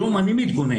היום אני מתגונן.